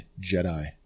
Jedi